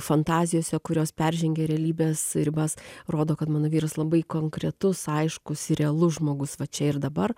fantazijose kurios peržengia realybės ribas rodo kad mano vyras labai konkretus aiškus ir realus žmogus va čia ir dabar